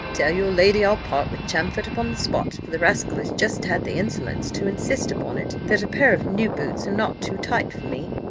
tell your lady i'll part with champfort upon the spot for the rascal has just had the insolence to insist upon it, that a pair of new boots are not too tight for me,